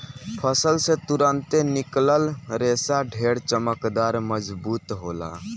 फसल से तुरंते निकलल रेशा ढेर चमकदार, मजबूत होला